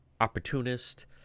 opportunist